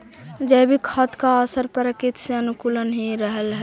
जैविक खाद का असर प्रकृति के अनुकूल ही रहअ हई